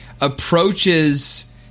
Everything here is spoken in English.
approaches